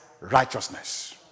righteousness